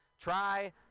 try